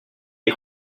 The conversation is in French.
est